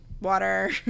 water